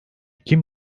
kim